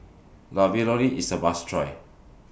Ravioli IS A must Try